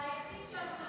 היחיד שעצוב